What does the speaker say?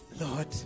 Lord